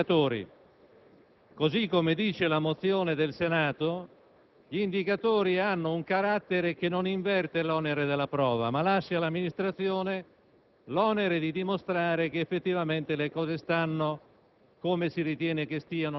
primo riguarda in particolare il significato degli indicatori. Così come recita la mozione del Senato, gli indicatori hanno un carattere che non inverte l'onere della prova, ma lascia all'Amministrazione